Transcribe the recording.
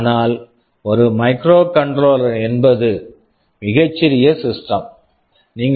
ஆனால் ஒரு மைக்ரோகண்ட்ரோலர் microcontrollerஎன்பது மிகச் சிறிய சிஸ்டம் system